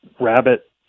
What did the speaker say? rabbit